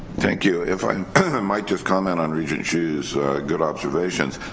thank you if i might just comment on regent hsus good observations